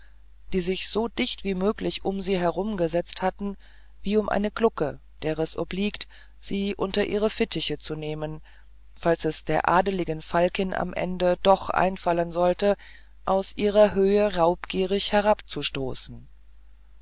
die sich so dicht wie möglich an sie herumgesetzt hatten wie um eine glucke der es obliege sie unter ihre fittiche zu nehmen falls es der adligen falkin am ende doch beifallen sollte aus ihrer höhe raubgierig